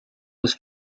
was